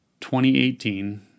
2018